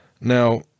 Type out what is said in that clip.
Now